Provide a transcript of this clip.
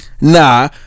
Nah